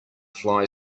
fly